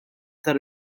tar